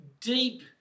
deep